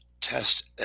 Test